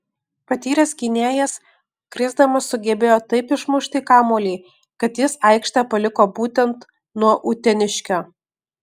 patyręs gynėjas krisdamas sugebėjo taip išmušti kamuolį kad jis aikštę paliko būtent nuo uteniškio